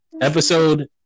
episode